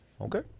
Okay